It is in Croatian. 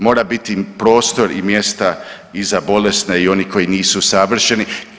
Mora biti prostor i mjesta i za bolesne i oni koji nisu savršeni.